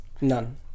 None